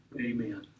Amen